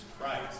Christ